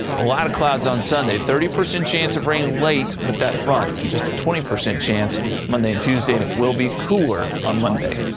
a lot of clouds on sunday, thirty percent chance of rain late with that front and just twenty percent chance monday and tuesday and it will bete cooler on monday.